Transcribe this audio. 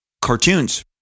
cartoons